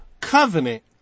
covenant